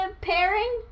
pairing